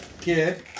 Kid